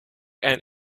and